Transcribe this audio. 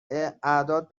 اعداد